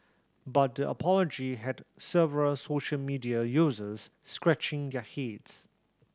but the apology had several social media users scratching their heads